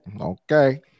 okay